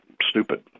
stupid